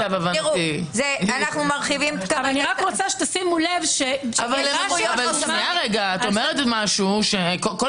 אני רק רוצה שתשימו לב --- את אומרת משהו כאשר כל